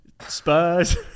Spurs